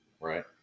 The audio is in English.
right